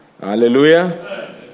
Hallelujah